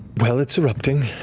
well, it's erupting.